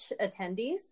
attendees